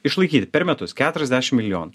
išlaikyti per metus keturiasdešim milijonų